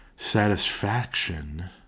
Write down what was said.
satisfaction